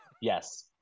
Yes